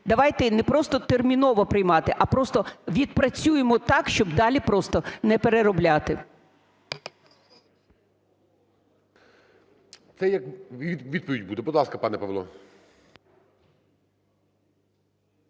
Давайте не просто терміново приймати, а просто відпрацюємо так, щоб далі просто не переробляти.